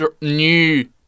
new